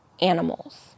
animals